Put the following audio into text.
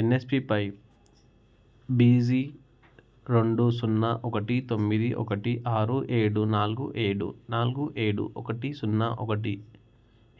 ఎన్ఎస్పిపై బీజీ రెండు సున్నా ఒకటి తొమ్మిది ఒకటి ఆరు ఏడు నాలుగు ఏడు నాలుగు ఏడు ఒకటి సున్నా ఒకటి